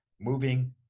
moving